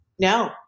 No